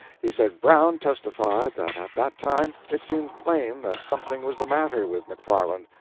he said brown testified that at that time it seemed plain that something was the matter with mcfarland,